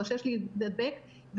חושש להידבק,